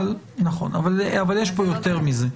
אבל יש כאן יותר מזה.